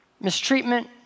mistreatment